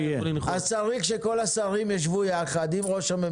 צריך שכל השרים יישבו יחד עם ראש הממשלה.